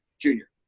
Junior